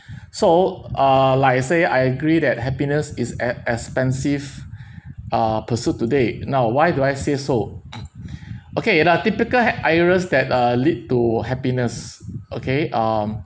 so uh like I say I agree that happiness is an expensive uh pursuit today now why do I say so okay the typical ha~areas that uh lead to happiness okay um